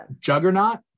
Juggernaut